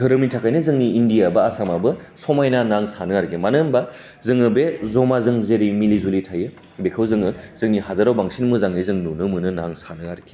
धोरोमनि थाखायनो जोंनि इण्डिया बा आसामाबो समायना होन्ना आं सानो आरोखि मानो होनबा जोङो बे जमा जोङो जेरै मिलि जुलि थायो बेखौ जोङो जोंनि हादराव बांसिन मोजाङै जों नुनोमोनो होन्ना आं सानो आरोखि